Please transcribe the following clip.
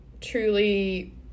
truly